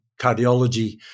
cardiology